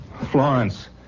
Florence